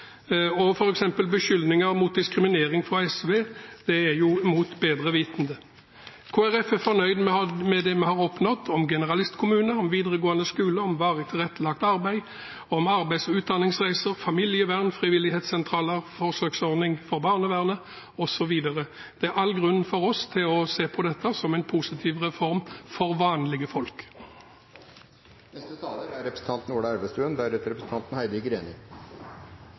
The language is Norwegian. og beskyldningene om diskriminering fra SV – det er jo mot bedre vitende. Kristelig Folkeparti er fornøyd med det vi har oppnådd – om generalistkommuner, om videregående skoler, om varig tilrettelagt arbeid, om arbeids- og utdanningsreiser, familievern, frivillighetssentraler, forsøksordning for barnevernet osv. Det er all grunn for oss til å se på dette som en positiv reform for vanlige folk. Hele formålet med reformen er